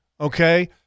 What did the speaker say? okay